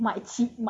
still